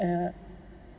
uh